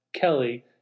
Kelly